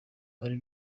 ari